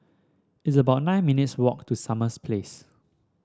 it's about nine minutes' walk to Summer Place